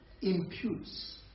imputes